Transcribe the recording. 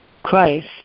Christ